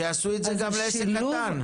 שיעשו את זה גם לעסק קטן.